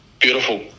Beautiful